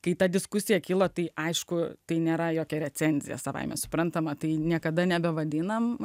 kai ta diskusija kilo tai aišku tai nėra jokia recenzija savaime suprantama tai niekada nebevadiname